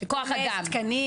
-- כוח אדם.